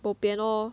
bobian lor